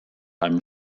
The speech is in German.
einem